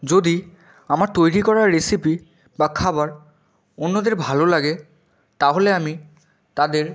যদি আমার তৈরি করা রেসিপি বা খাবার অন্যদের ভালো লাগে তাহলে আমি তাদের